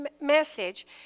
message